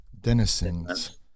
denizens